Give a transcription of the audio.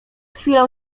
chwilą